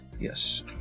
Yes